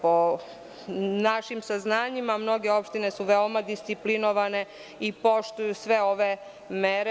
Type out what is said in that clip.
Po našim saznanjima mnoge opštine su veoma disciplinovane i poštuju sve ove mere.